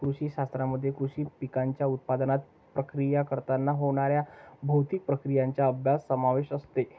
कृषी शास्त्रामध्ये कृषी पिकांच्या उत्पादनात, प्रक्रिया करताना होणाऱ्या भौतिक प्रक्रियांचा अभ्यास समावेश असते